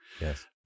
Yes